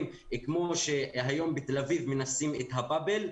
כמו שהיום בתל אביב מנסים את הבאבל.